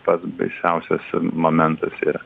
pats baisiausias momentas ir